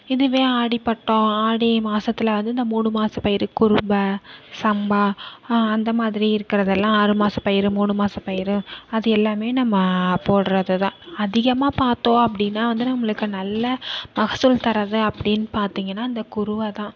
இதுவே ஆடி பட்டம் ஆடி மாசத்துல வந்து இந்த மூணு மாசம் பயிறு குரும்பை சம்பா அந்த மாதிரி இருக்கிறதெல்லாம் ஆறு மாசம் பயிறு மூணு மாசம் பயிறு அது எல்லாமே நம்ம போடுறது தான் அதிகமாக பார்த்தோம் அப்படின்னா வந்து நம்மளுக்கு நல்ல மகசூல் தர்றது அப்படின்னு பார்த்திங்கன்னா இந்த குருவை தான்